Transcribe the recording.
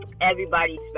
everybody's